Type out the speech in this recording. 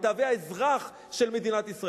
"מתעבי האזרח" של מדינת ישראל.